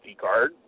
card